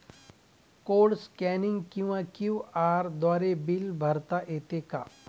Code scanning किंवा QR द्वारे bill भरता येते का?